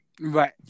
Right